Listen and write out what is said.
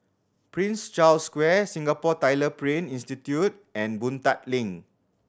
Prince Charles Square Singapore Tyler Print Institute and Boon Tat Link